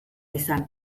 izan